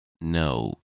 no